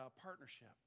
partnership